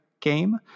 game